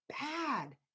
bad